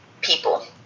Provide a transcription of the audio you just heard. people